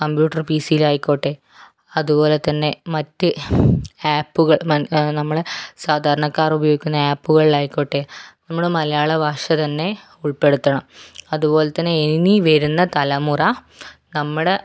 computer P C യിലാക്കോട്ടെ അതുപോലെ തന്നെ മറ്റ് ആപ്പുകൾ മൻ നമ്മളുടെ സാധാരണക്കാർ ഉപയോഗിക്കുന്ന ആപ്പുകളായിക്കോട്ടെ നമ്മുടെ മലയാളഭാഷ തന്നെ ഉൾപ്പെടുത്തണം അതുപോലെ തന്നെ ഇനി വരുന്ന തലമുറ നമ്മടെ